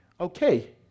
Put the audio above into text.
okay